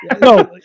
No